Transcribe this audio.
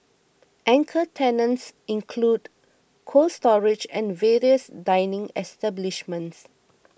anchor tenants include Cold Storage and various dining establishments